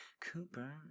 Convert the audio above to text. Cooper